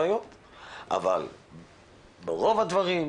אבל רוב הדברים,